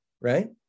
right